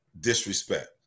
disrespect